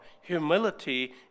humility